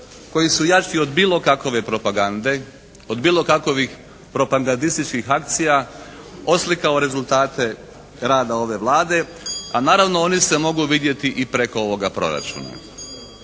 koji su jači od bilo kakove propagande, od bilo kakovih propagandističkih akcija oslikao rezultate rada ove Vlade. A naravno oni se mogu vidjeti i preko ovoga Proračuna.